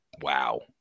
Wow